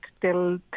till